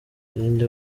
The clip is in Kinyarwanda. irinde